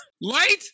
Light